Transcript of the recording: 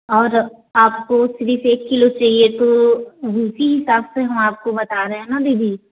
और आपको सिर्फ़ एक किलो चाहिए तो उसी हिसाब से हम आपको बता रहे हैं ना दीदी